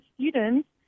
students